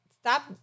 Stop